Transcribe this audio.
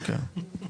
כן.